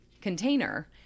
container